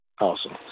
Awesome